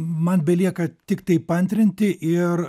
man belieka tiktai paantrinti ir